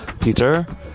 peter